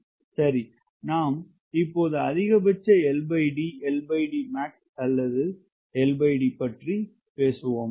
39 ஐப் பார்க்கவும் சரி நாம் இப்போது அதிகபட்ச LD LD maxஅல்லது LD பற்றிப் பேசுவோம்